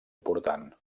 important